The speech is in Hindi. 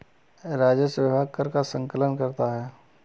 राजस्व विभाग कर का संकलन करता है